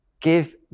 Give